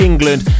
England